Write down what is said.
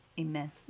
amen